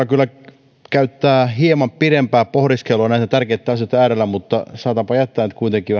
kyllä käyttää hieman pidempää pohdiskelua näiden tärkeiden asioiden äärellä mutta saatanpa jättää nyt kuitenkin